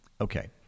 okay